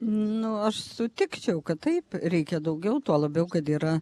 nu aš sutikčiau kad taip reikia daugiau tuo labiau kad yra